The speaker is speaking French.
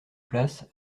place